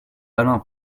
alain